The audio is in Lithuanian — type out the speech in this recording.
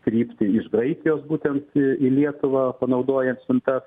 kryptį iš graikijos būtent į lietuvą panaudojant siuntas